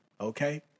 okay